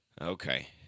Okay